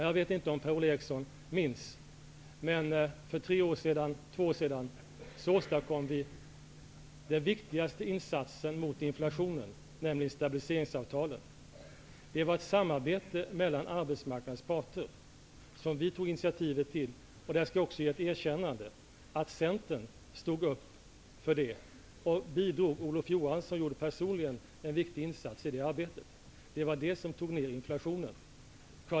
Jag vet inte om Per-Ola Eriksson minns det, men för två år sedan åstadkom vi den viktigaste insatsen mot inflationen, nämligen stabiliseringsavtalet. Det var ett samarbete mellan arbetsmarknadens parter som vi tog initiativ till. Där skall jag ge Centern ett erkännande, som stod upp för detta. Olof Johansson personligen gjorde en viktig insats i det arbetet. Det var det som gjorde att inflationen minskade.